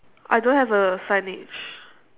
I don't have a signage